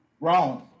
Wrong